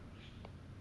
and so you know